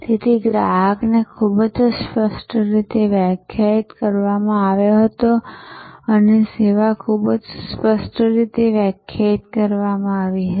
તેથી ગ્રાહકને ખૂબ જ સ્પષ્ટ રીતે વ્યાખ્યાયિત કરવામાં આવ્યો હતો અને સેવા ખૂબ જ સ્પષ્ટ રીતે વ્યાખ્યાયિત કરવામાં આવી હતી